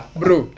bro